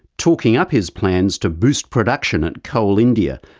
talking up his plans to boost production at coal india,